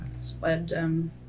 spread